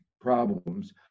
problems